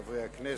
חברי הכנסת,